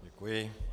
Děkuji.